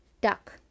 Duck